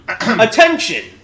Attention